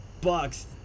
bucks